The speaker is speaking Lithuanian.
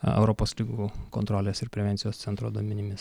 europos ligų kontrolės ir prevencijos centro duomenimis